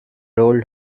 old